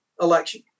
election